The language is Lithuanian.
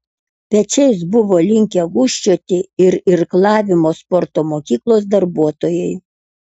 pečiais buvo linkę gūžčioti ir irklavimo sporto mokyklos darbuotojai